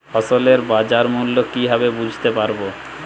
ফসলের বাজার মূল্য কিভাবে বুঝতে পারব?